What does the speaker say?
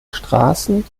straßen